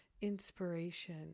inspiration